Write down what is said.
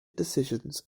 decisions